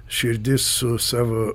širdis su savo